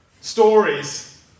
stories